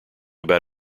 about